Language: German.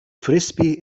frisbee